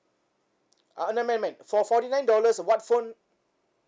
and never mind never mind for forty nine dollars what phone